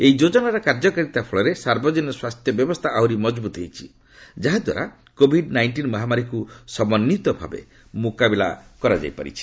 ଏହି ଯୋଜନାର କାର୍ଯ୍ୟକାରୀତା ଫଳରେ ସାର୍ବଜନୀନ ସ୍ୱାସ୍ଥ୍ୟ ବ୍ୟବସ୍ଥା ଆହୁରି ମଜବୁତ ହୋଇଛି ଯାହାଦ୍ୱାରା କୋଭିଡ୍ ନାଇଷ୍ଟିନ୍ ମହାମାରୀକୁ ସମନ୍ଧିତ ଭାବେ ମୁକାବିଲା କରାଯାଇ ପାରିଛି